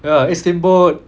ya eat steamboat